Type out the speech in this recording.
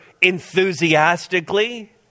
enthusiastically